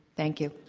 thank you.